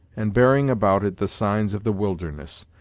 and bearing about it the signs of the wilderness,